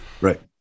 right